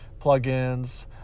plugins